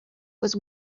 was